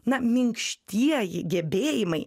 na minkštieji gebėjimai